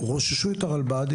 רוששו את הרלב"ד,